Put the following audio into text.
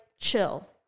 chill